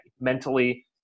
mentally